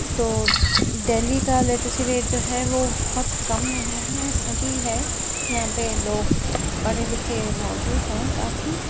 تو دہلی کا literacy rate جو ہے وہ بہت کم نہیں ہے صحیح ہے یہاں پہ لوگ پڑھے لکھے موجود ہیں کافی